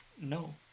No